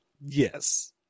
Yes